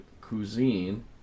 Cuisine